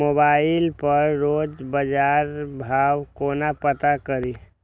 Mobile पर रोज बजार भाव कोना पता करि?